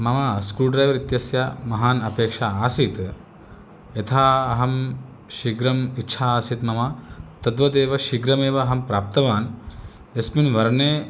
मम स्कूड्रैवर् इत्यस्य महान् अपेक्षा आसीत् यथा अहं शीघ्रम् इच्छा आसीत् मम तद्वदेव शीघ्रमेव अहं प्राप्तवान् यस्मिन् वर्णे